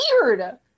weird